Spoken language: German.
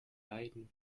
leiden